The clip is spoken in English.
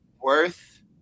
worth